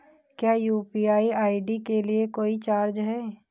क्या UPI ID के लिए कोई चार्ज है?